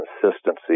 consistency